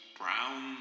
brown